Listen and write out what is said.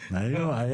היו.